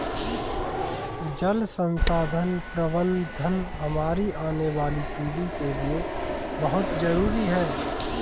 जल संसाधन प्रबंधन हमारी आने वाली पीढ़ी के लिए बहुत जरूरी है